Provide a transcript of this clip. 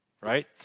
right